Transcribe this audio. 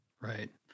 Right